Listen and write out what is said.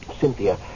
Cynthia